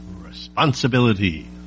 responsibility